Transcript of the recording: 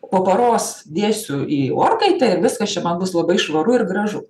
po paros dėsiu į orkaitę ir viskas čia man bus labai švaru ir gražu